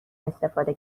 استفاده